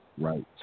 Right